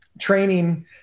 training